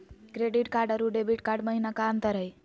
Credit card अरू debit card महिना का अंतर हई?